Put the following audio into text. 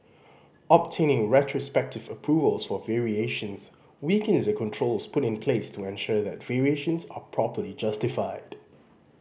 obtaining retrospective approvals for variations weakens the controls put in place to ensure that variations are properly justified